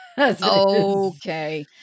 Okay